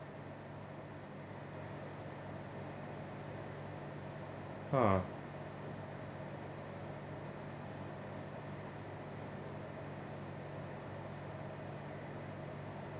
ha